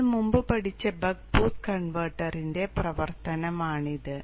നമ്മൾ മുമ്പ് പഠിച്ച ബക്ക് ബൂസ്റ്റ് കൺവെർട്ടറിന്റെ പ്രവർത്തനമാണിത്